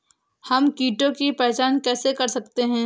हम कीटों की पहचान कैसे कर सकते हैं?